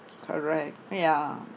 correct ya